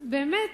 באמת